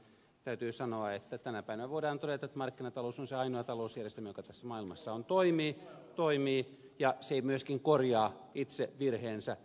täytyy sanoa että tänä päivänä voidaan todeta että markkinatalous on se ainoa talousjärjestelmä joka tässä maailmassa toimii ja se myöskin korjaa itse virheensä